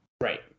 Right